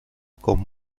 con